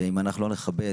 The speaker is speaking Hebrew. ואם לא נכבד